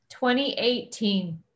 2018